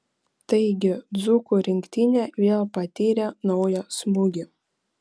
taigi dzūkų rinktinė vėl patyrė naują smūgį